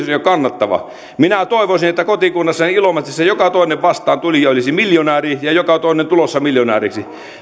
kannattava minä toivoisin että kotikunnassani ilomantsissa joka toinen vastaantulija olisi miljonääri ja joka toinen tulossa miljonääriksi